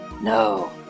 No